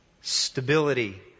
stability